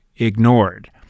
Ignored